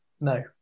No